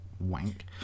wank